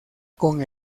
con